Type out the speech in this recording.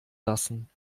lassen